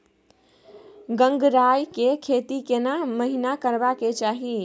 गंगराय के खेती केना महिना करबा के चाही?